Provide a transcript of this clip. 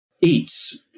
eats